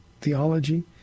theology